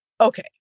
okay